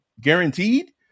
guaranteed